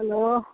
hello